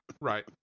Right